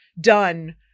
done